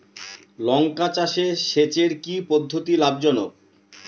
লঙ্কা চাষে সেচের কি পদ্ধতি লাভ জনক?